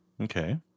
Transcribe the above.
Okay